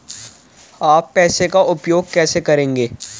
आप पैसे का उपयोग कैसे करेंगे?